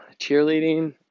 Cheerleading